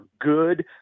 good